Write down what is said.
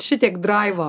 šitiek draivo